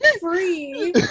free